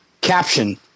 caption